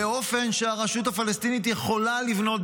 באופן שהרשות הפלסטינית יכולה לבנות,